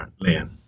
land